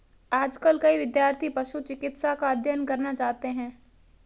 आजकल कई विद्यार्थी पशु चिकित्सा का अध्ययन करना चाहते हैं